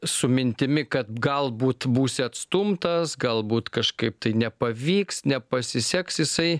su mintimi kad galbūt būsi atstumtas galbūt kažkaip tai nepavyks nepasiseks jisai